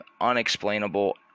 Unexplainable